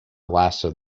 lasted